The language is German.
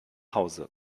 hause